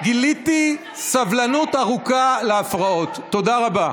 גיליתי סבלנות ארוכה להפרעות, תודה רבה.